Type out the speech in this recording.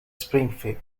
springfield